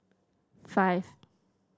five